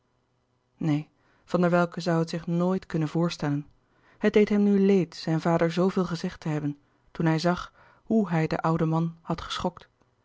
neen van der welcke zoû het zich nooit kunnen voorstellen het deed hem nu leed zijn vader zooveel gezegd te hebben toen hij zag hoe hij den ouden man had geschokt